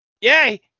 yay